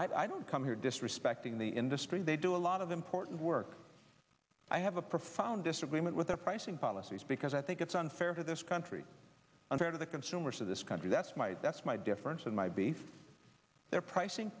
billy i don't come here disrespecting the industry they do a lot of important work i have a profound disagreement with their pricing policies because i think it's unfair to this country unfair to the consumers of this country that's my that's my difference and my beef their pricing